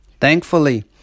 Thankfully